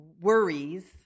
worries